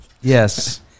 Yes